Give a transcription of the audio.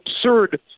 absurd